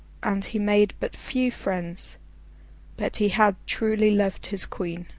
and he made but few friends but he had truly loved his queen.